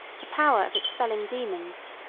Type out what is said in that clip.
the power of expelling daemons,